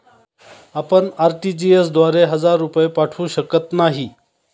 आपण आर.टी.जी.एस द्वारे हजार रुपये पाठवू शकत नाही